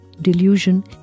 delusion